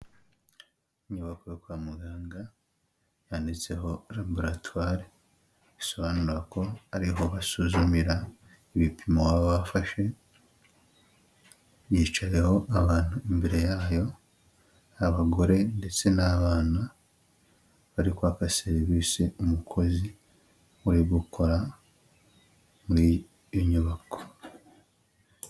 Bamwe ba bavuga kwa muganga, yanditseho laboratwari, bisobanura ko ariho basuzumira ibipimo waba bafashe, yicaho abantu imbere yayo, abagore ndetse n'abana bari kwafasherivisi umukozi uri gukora muri iyi nyubako.